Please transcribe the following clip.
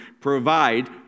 provide